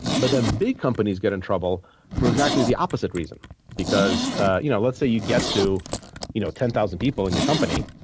but then, big companies get in trouble for exactly the opposite reason because you know let's say you get to you know ten thousand people in your company.